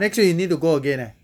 next week you need to go again eh